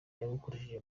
yagukoresheje